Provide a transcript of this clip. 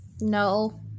No